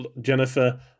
jennifer